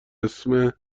اسم